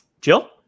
Jill